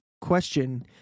question